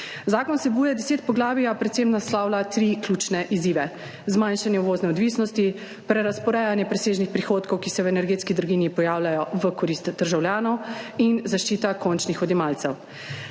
Zakon vsebuje deset poglavja, predvsem naslavlja tri ključne izzive: zmanjšanje uvozne odvisnosti, prerazporejanje presežnih prihodkov, ki se v energetski draginji pojavljajo v korist državljanov, in zaščita končnih odjemalcev.